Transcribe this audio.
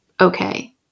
okay